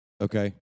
Okay